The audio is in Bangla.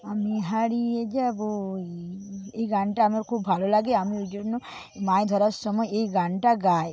আমি হারিয়ে যাবো এই গানটা আমার খুব ভালো লাগে আমি এই জন্য আমি মাছ ধরার সময় এই গানটা গাই